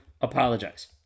apologize